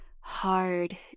hard